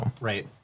Right